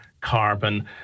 carbon